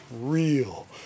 real